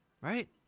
Right